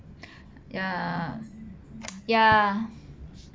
ya ya